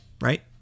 right